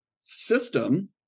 system